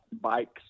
bikes